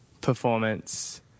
performance